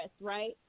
right